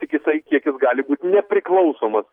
tik jisai kiek jis gali būt nepriklausomas